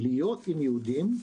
להיות עם יהודים,